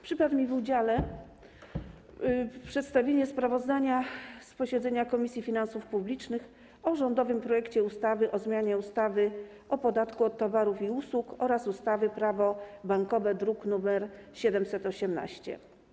Przypadło mi w udziale przedstawienie sprawozdania z posiedzenia Komisji Finansów Publicznych o rządowym projekcie ustawy o zmianie ustawy o podatku od towarów i usług oraz ustawy - Prawo bankowe, druk nr 718.